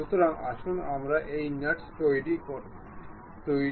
সুতরাং আসুন আমরা এই নাটসটি তৈরি করতে প্রস্থ হিসাবে 6 mm ব্যবহার করি